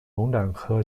龙胆科